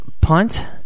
punt